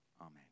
Amen